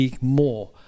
more